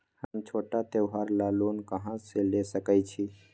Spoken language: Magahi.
हम छोटा त्योहार ला लोन कहां से ले सकई छी?